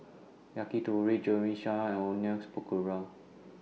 Yakitori and Onions Pakora